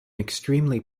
extremely